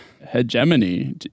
Hegemony